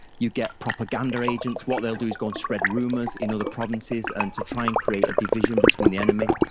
you get propaganda agents. what they'll do is go and spread rumors in other provinces and to try and create a division between the enemy.